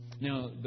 Now